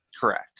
Correct